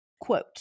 quote